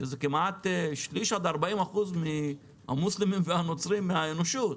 שזה כמעט שליש עד 40% מהמוסלמים והנוצרות באנושות.